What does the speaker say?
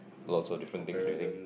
lots of different thing and everything